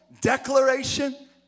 declaration